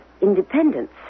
independence